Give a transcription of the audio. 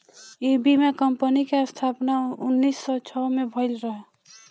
इ बीमा कंपनी के स्थापना उन्नीस सौ छह में भईल रहे